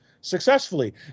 successfully